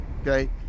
okay